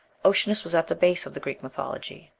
oceanus was at the base of the greek mythology.